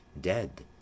dead